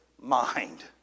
mind